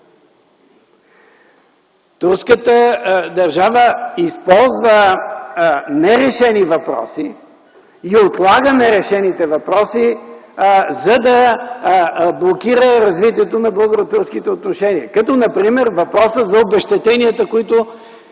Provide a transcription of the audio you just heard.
Турската държава използва нерешени въпроси и отлага нерешените въпроси, за да блокира развитието на българо-турските отношения, като например въпроса за обезщетенията, по които